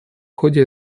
ходе